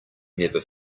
never